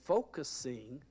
focusing